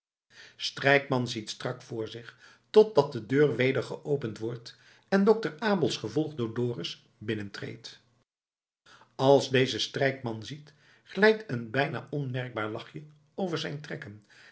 strijkman ziet strak voor zich totdat de deur weder geopend wordt en dokter abels gevolgd door dorus binnentreedt als deze strijkman ziet glijdt een bijna onmerkbaar lachje over zijn trekken